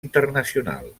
internacional